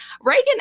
Reagan